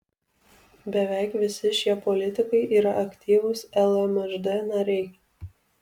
beveik visi šie politikai yra aktyvūs lmžd nariai